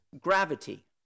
gravity